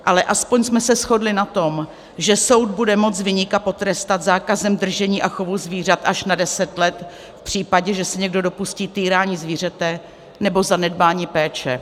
Ale aspoň jsme se shodli na tom, že soud bude moci viníka potrestat zákazem držení a chovu zvířat až na deset let v případě, že se někdo dopustí týrání zvířete nebo zanedbání péče.